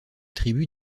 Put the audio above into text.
tribus